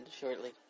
shortly